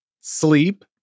sleep